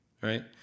right